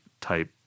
type